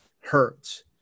hurts